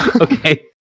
Okay